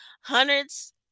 Hundreds